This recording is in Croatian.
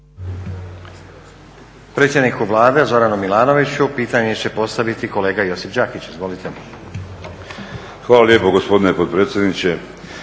Hvala lijepo gospodine potpredsjedniče.